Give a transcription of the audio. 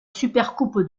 supercoupe